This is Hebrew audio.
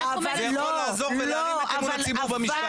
זה יכול לעזור ולהרים את אמון הציבור במשטרה.